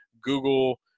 Google